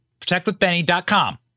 ProtectWithBenny.com